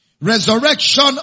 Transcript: resurrection